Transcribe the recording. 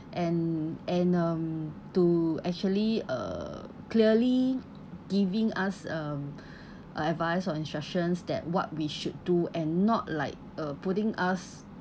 and and um to actually uh clearly giving us um uh advice or instructions that what we should do and not like uh putting us